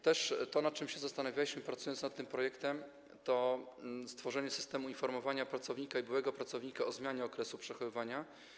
To, nad czym się zastanawialiśmy, pracując nad tym projektem, to stworzenie systemu informowania pracownika i byłego pracownika o zmianie okresu przechowywania.